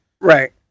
right